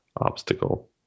obstacle